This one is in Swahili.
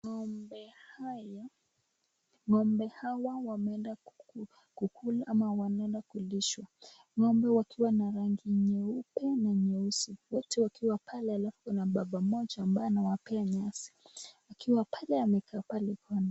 Ng'ombe hawa wameenda kukula ama wanaenda kulishwa, ng'ombe wakiwa na rangi nyeupe na nyeusi. Wote wakiwa pale halafu kuna mbaba mmoja ambaye anawapea nyasi akiwa pale amekaa pale kando.